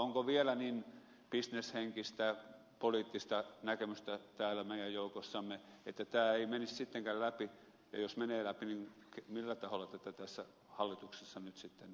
onko vielä niin bisneshenkistä poliittista näkemystä täällä meidän joukossamme että tämä ei menisi sittenkään läpi ja jos menee läpi niin millä taholla tätä tässä hallituksessa nyt sitten vastustetaan vielä